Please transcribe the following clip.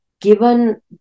given